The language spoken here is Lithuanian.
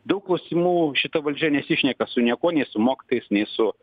daug klausimų šita valdžia nesišneka su niekuo nei su mokytojais nei su